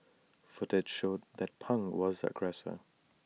footage showed that pang was the aggressor